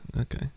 okay